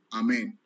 amen